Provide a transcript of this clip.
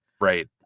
Right